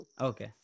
Okay